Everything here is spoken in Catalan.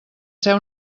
ser